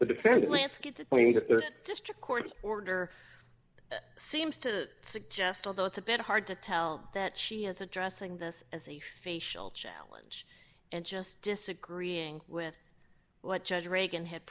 the defendant landscape the point that the district court's order seems to suggest although it's a bit hard to tell that she is addressing this as a facial challenge and just disagreeing with what judge reagan had